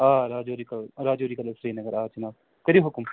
آ راجوری کٔدٕل راجوری کٔدٕلہٕ سِری نگر آ جناب کٔرِو حُکُم